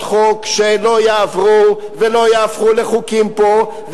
חוק שלא יעברו ולא יהפכו לחוקים פה,